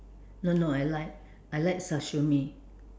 no no I like I like sashimi